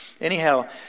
anyhow